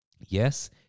Yes